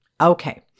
Okay